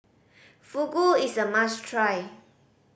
fugu is a must try